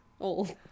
old